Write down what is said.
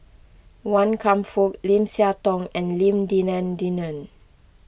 Wan Kam Fook Lim Siah Tong and Lim Denan Denon